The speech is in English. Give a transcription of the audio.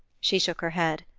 she shook her head.